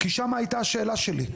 כי שם הייתה השאלה שלי,